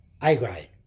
A-grade